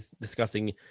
discussing